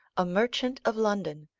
a merchant of london,